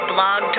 Blog